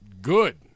good